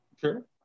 Sure